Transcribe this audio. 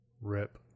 Rip